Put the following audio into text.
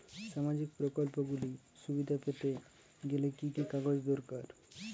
সামাজীক প্রকল্পগুলি সুবিধা পেতে গেলে কি কি কাগজ দরকার?